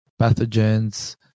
pathogens